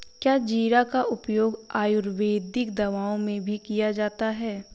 क्या जीरा का उपयोग आयुर्वेदिक दवाओं में भी किया जाता है?